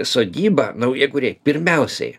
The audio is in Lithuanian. sodybą naujakuriai pirmiausiai